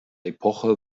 epoche